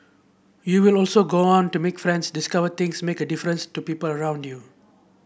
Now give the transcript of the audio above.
you will also go on to make friends discover things make a difference to people around you